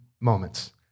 moments